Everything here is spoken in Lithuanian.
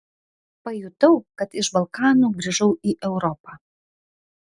pajutau kad iš balkanų grįžau į europą